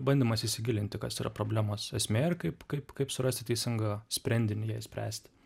bandymas įsigilinti kas yra problemos esmė ir kaip kaip kaip surasti teisingą sprendinį jai spręsti